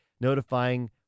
notifying